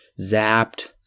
Zapped